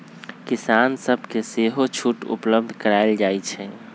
किसान सभके सेहो छुट उपलब्ध करायल जाइ छइ